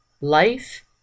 Life